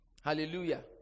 Hallelujah